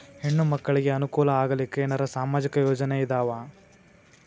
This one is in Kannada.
ಹೆಣ್ಣು ಮಕ್ಕಳಿಗೆ ಅನುಕೂಲ ಆಗಲಿಕ್ಕ ಏನರ ಸಾಮಾಜಿಕ ಯೋಜನೆ ಇದಾವ?